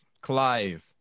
Clive